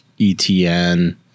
ETN